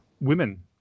women